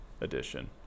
edition